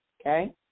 Okay